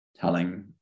telling